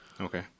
Okay